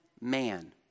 man